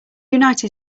united